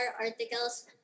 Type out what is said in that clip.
articles